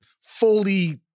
fully